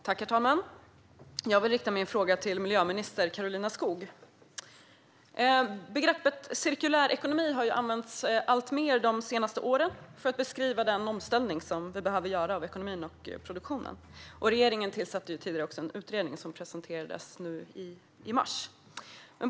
Herr talman! Jag vill rikta min fråga till miljöminister Karolina Skog. Begreppet cirkulär ekonomi har använts alltmer de senaste åren för att beskriva den omställning som vi behöver göra av ekonomin och produktionen. Regeringen tillsatte också tidigare en utredning som presenterades i mars.